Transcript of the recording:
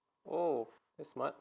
oh smart